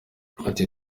ati